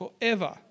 forever